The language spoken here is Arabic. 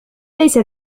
ليس